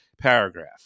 paragraph